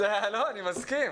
אני מסכים.